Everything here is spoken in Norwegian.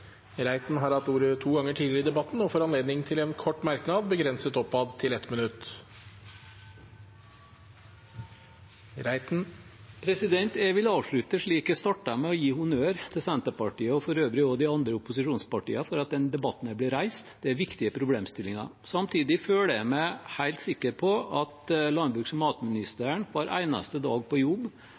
Reiten har hatt ordet to ganger tidligere og får ordet til en kort merknad, begrenset til 1 minutt. Jeg vil avslutte slik jeg startet, med å gi honnør til Senterpartiet og for øvrig også de andre opposisjonspartiene for at denne debatten ble reist. Dette er viktige problemstillinger. Samtidig føler jeg meg helt sikker på at landbruks- og matministeren hver eneste dag på jobb